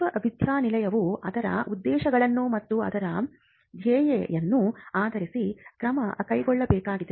ವಿಶ್ವವಿದ್ಯಾನಿಲಯವು ಅದರ ಉದ್ದೇಶಗಳು ಮತ್ತು ಅದರ ಧ್ಯೇಯವನ್ನು ಆಧರಿಸಿ ಕ್ರಮ ಕೈಗೊಳ್ಳಬೇಕಾಗಿದೆ